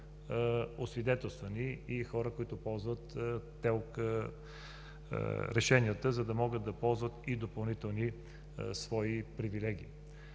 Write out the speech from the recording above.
освидетелствани и хора, които ползват ТЕЛК решенията, за да могат да ползват и допълнителни свои привилегии.